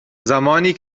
زمانی